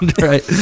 right